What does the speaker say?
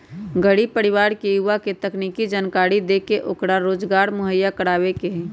गरीब परिवार के युवा के तकनीकी जानकरी देके ओकरा रोजगार मुहैया करवावे के हई